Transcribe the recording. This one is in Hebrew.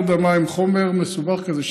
יש שימוש בחיצי הרדמה עם חומר מסובך כזה,